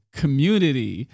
community